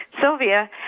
Sylvia